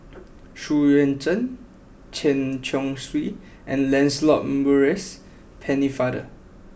Xu Yuan Zhen Chen Chong Swee and Lancelot Maurice Pennefather